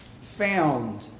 found